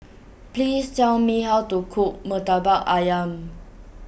please tell me how to cook Murtabak Ayam